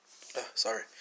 Sorry